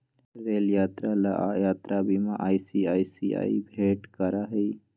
rail यात्रा ला यात्रा बीमा आई.सी.आई.सी.आई भेंट करा हई